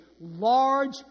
large